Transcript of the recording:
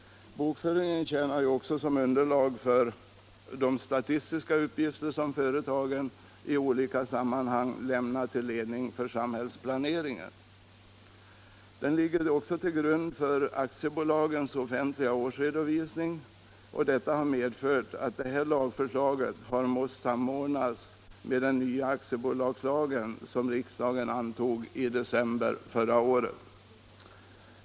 Bokföringen tjänar ju också som underlag för de statistiska uppgifter som företagen i olika sammanhang lämnar till ledning för samhällsplaneringen. Den ligger också till grund för aktiebolagens offentliga årsredovisning, och detta har medfört att det här lagförslaget har måst samordnas med den nya aktiebolagslagen, som riksdagen antog i december förra året.